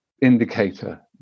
indicator